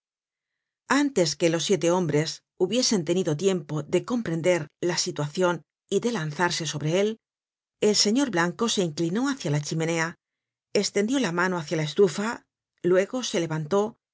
antes que los siete hombres hubiesen tenido tiempo de comprender la situacion y de lanzarse sobre él el señor blanco se inclinó hacia la chimenea estendió la mano hácia la estufa luego se levantó y